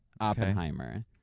Oppenheimer